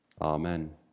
Amen